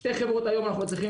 עם שתי חברות היום אנחנו מצליחים